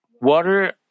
Water